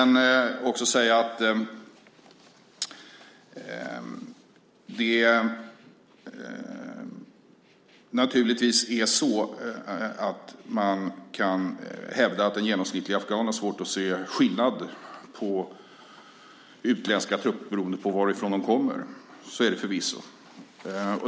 Naturligtvis kan man hävda att en genomsnittlig afghan har svårt att se skillnad på utländska trupper och varifrån de kommer. Så är det förvisso.